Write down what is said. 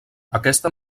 aquesta